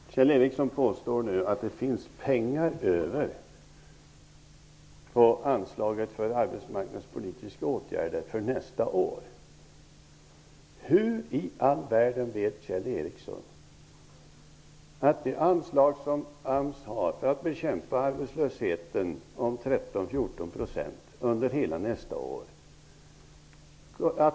Fru talman! Kjell Ericsson påstår nu att det i anslaget för arbetsmarknadspolitiska åtgärder kommer att finnas pengar över för nästa år. Hur i all världen vet Kjell Ericsson att det kommer att bli pengar över i det anslag som AMS har för att bekämpa arbetslösheten på 13--14 % under hela nästa år?